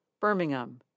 Birmingham